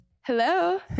hello